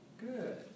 Good